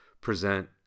present